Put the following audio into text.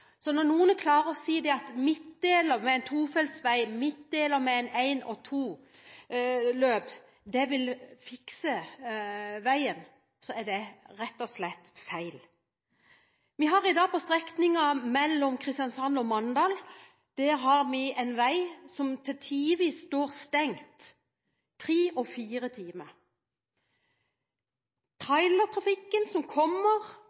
Når noen klarer å si at midtdeler med en tofeltsvei, midtdeler med to løp, vil fikse veien, er det rett og slett feil. Vi har på strekningen mellom Kristiansand og Mandal i dag en vei som tidvis står stengt i tre og fire timer. Trailertrafikken som kommer